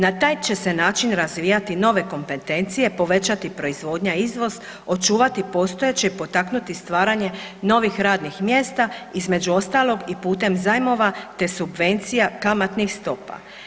Na taj će se način razvijati nove kompetencije, povećati proizvodnja i izvoz, očuvati postojeće i potaknuti stvaranje novih radnih mjesta, između ostalog i putem zajmova te subvencija kamatnih stopa.